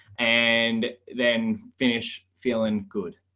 and then finish feeling good.